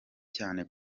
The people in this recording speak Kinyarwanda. cyane